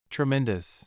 Tremendous